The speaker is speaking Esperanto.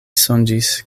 sonĝis